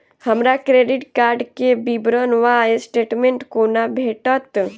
हमरा credit card केँ विवरण वा स्टेटमेंट कोना भेटत?